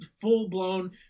full-blown